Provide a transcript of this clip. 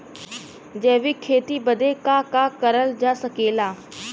जैविक खेती बदे का का करल जा सकेला?